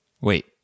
Wait